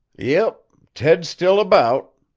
yep ted's still a-beout.